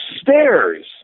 stairs